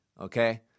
Okay